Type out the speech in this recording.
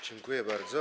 Dziękuję bardzo.